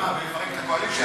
במה, בלפרק את הקואליציה?